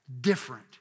different